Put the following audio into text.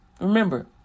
Remember